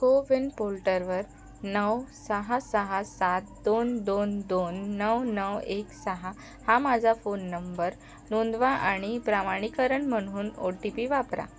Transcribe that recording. को विन पोर्टरवर नऊ सहा सहा सात दोन दोन दोन नऊ नऊ एक सहा हा माझा फोन नंबर नोंदवा आणि प्रमाणीकरण म्हणून ओ टी पी वापरा